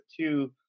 two